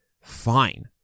fine